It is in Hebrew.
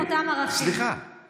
מתוך אותם ערכים, סליחה, גברתי.